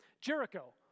Jericho